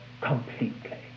completely